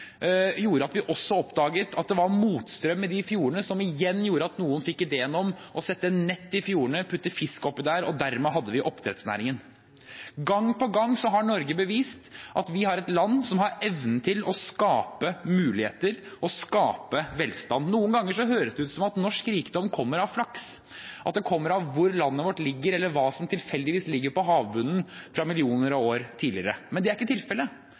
gjorde at vi også oppdaget at det var motstrøm i de fjordene, som igjen gjorde at noen fikk ideen til å sette nett i fjordene, putte fisk oppi der, og dermed hadde vi oppdrettsnæringen. Gang på gang har Norge bevist at vi er et land som har evnen til å skape muligheter og skape velstand. Noen ganger høres det ut som om norsk rikdom kommer av flaks, at det kommer av hvor landet vårt ligger, eller hva som tilfeldigvis ligger på havbunnen fra millioner av år tidligere. Men det er ikke tilfellet.